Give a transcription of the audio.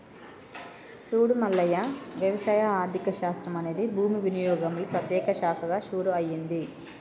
సూడు మల్లయ్య వ్యవసాయ ఆర్థిక శాస్త్రం అనేది భూమి వినియోగంలో ప్రత్యేక శాఖగా షురూ అయింది